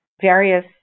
various